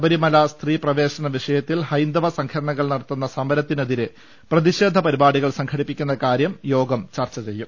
ശബരിമല സ്ത്രീ പ്രവേശന വിഷയത്തിൽ ഹൈന്ദവ സർഘടനകൾ നടത്തുന്ന സമരത്തിനെതിരെ പ്രതിഷേധ പരിപാടികൾ സംഘടിപ്പിക്കുന്ന കാര്യം യോഗം ചർച്ച ചെയ്യും